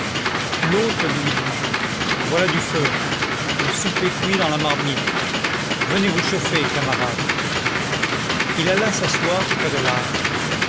l'hôte lui dit voilà du feu le souper cuit dans la marmite venez vous chauffer camarade il alla s'asseoir près de l'âtre